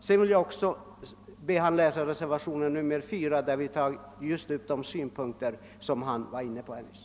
Jag vill också be herr Hugosson att läsa reservationen 4, där vi tar upp de synpunkter" som. herr Hugosson nyss var inne på.